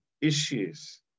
Issues